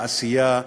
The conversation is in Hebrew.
בעשייה,